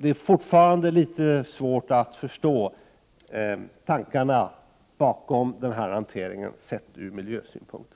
Det är fortfarande litet svårt att förstå tankegångarna bakom denna hantering sett ur miljösynpunkt.